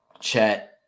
Chet